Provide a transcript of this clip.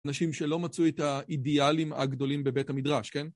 נשים שלא מצאו את האידיאלים הגדולים בבית המדרש, כן?